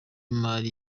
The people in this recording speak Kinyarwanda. imari